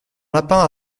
lapin